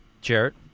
Jarrett